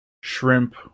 shrimp